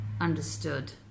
understood